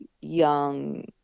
young